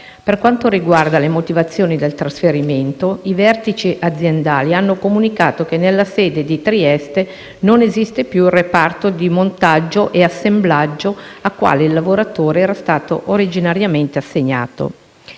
Per quanto riguarda le motivazioni del trasferimento, i vertici aziendali hanno comunicato che nella sede di Trieste non esiste più il reparto di montaggio e assemblaggio al quale il lavoratore era stato originariamente assegnato.